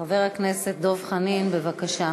חבר הכנסת דב חנין, בבקשה,